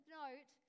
note